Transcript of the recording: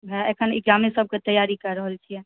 ओएह एखन इक्जामे सभकऽ तैआरी कै रहल छियै